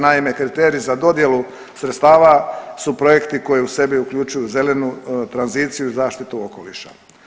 Naime, kriteriji za dodjelu sredstava su projekti koji u sebi uključuju zelenu tranziciju i zaštitu okoliša.